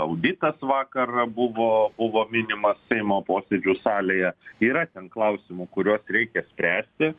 auditas vakar buvo buvo minimas seimo posėdžių salėje yra ten klausimų kuriuos reikia spręsti